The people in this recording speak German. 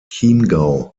chiemgau